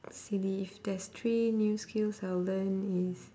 silly if there's three new skills I'll learn is